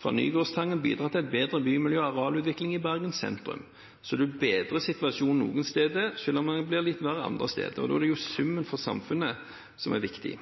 frå Nygårdstangen bidra til betre bymiljø og arealutvikling i Bergen sentrum.» Så en bedrer situasjonen noen steder, selv om den blir litt verre andre steder, men det er summen for samfunnet som er viktig.